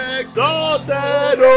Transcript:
exalted